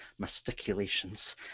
masticulations